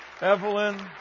Evelyn